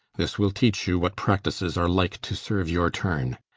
this will teach you what practices are like to serve your turn.